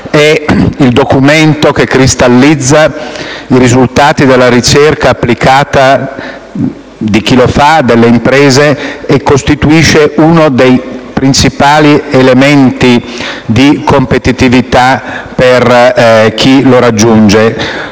è il documento che cristallizza i risultati ottenuti nel campo della ricerca applicata da chi lo deposita, cioè le imprese, e costituisce uno dei principali elementi di competitività per chi lo raggiunge.